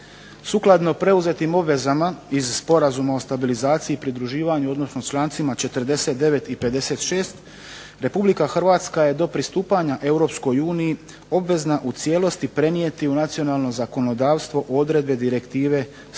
Sukladno preuzetim obvezama iz Sporazuma o stabilizaciji i pridruživanju, odnosno člancima 49. i 56. Republika Hrvatska je do pristupanja Europskoj uniji obvezna u cijelosti prenijete u nacionalno zakonodavstvo odredbe Direktive 123